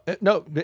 no